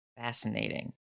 Fascinating